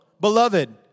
beloved